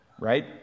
right